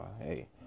hey